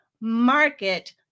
market